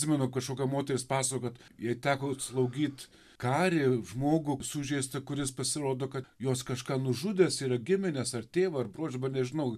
atsimenu kažkokia moteris pasakojo kad jai teko slaugyt karį žmogų sužeistą kuris pasirodo kad jos kažką nužudęs yra gimines ar tėvą ar brolį nežinau